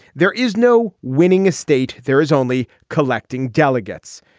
there is no winning a state. there is only collecting delegates.